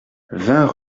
vingt